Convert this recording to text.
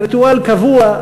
ריטואל קבוע,